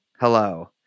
Hello